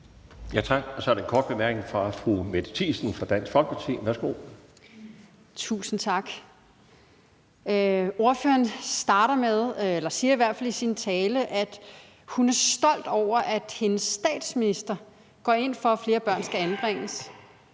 Tak, og så er der en kort bemærkning fra fru Mette Thiesen fra Dansk Folkeparti. Værsgo. Kl. 12:04 Mette Thiesen (DF): Tusind tak. Ordføreren starter med, eller siger i hvert fald i sin tale, at hun er stolt over, at hendes statsminister går ind for, at flere børn skal anbringes.